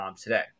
today